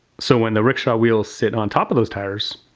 so, when the rickshaw wheels sit on top of those tires,